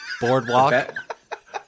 Boardwalk